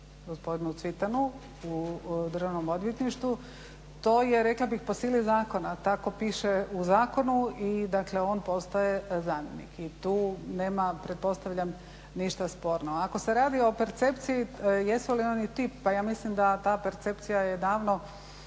gospodinu Cvitanu u državnom odvjetništvu, to je rekla bih po sili zakona, tako piše u zakonu i dakle on postaje zamjenik i tu nema pretpostavljam ništa sporno. Ako se radi o percepciji jesu li oni ti, pa ja mislim da ta percepcija je davno,